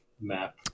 map